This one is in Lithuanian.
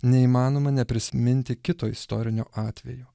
neįmanoma neprisiminti kito istorinio atvejo